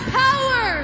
power